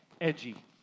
edgy